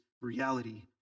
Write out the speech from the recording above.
reality